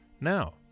Now